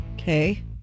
Okay